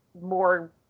more